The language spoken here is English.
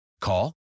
Call